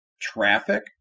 Traffic